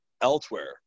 elsewhere